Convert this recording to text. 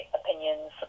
opinions